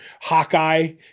Hawkeye